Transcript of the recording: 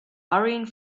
hurrying